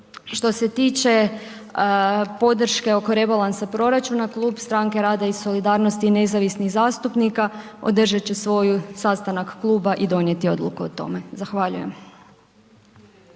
Što se tiče podrške oko rebalansa proračuna Klub Stranke rada i solidarnosti i nezavisnih zastupnika održat će svoj sastanak kluba i donijeti odluku o tome. Zahvaljujem.